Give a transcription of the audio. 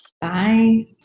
Bye